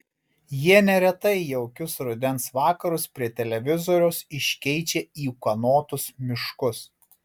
jie neretai jaukius rudens vakarus prie televizoriaus iškeičia į ūkanotus miškus